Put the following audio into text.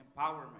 empowerment